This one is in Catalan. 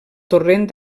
torrent